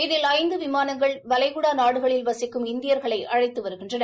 இதில் ஐந்து விமானங்கள் வளைகுடா நாடுகளில் வசிக்கும் இந்தியா்களை அழைத்து வருகின்றன